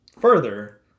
further